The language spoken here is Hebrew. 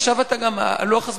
עכשיו גם לוח הזמנים,